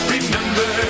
Remember